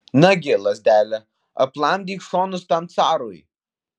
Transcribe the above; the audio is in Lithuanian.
nagi lazdele aplamdyk šonus tam carui